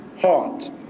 heart